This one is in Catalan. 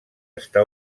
està